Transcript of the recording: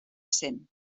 cent